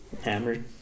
Hammered